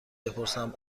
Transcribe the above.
بپرسم